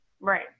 Right